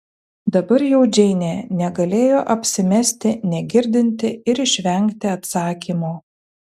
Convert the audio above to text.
dabar jau džeinė negalėjo apsimesti negirdinti ir išvengti atsakymo